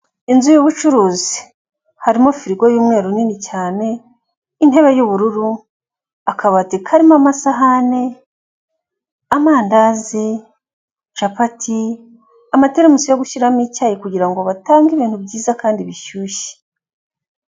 Inzu y'ubucuruzi harimo firigo y'umweru nini cyane, intebe y'ubururu, akabati karimo amasahani, amandazi, capati, amaterasi yo gushyiramo icyayi kugirango batange ibintu byiza kandi bishyushye.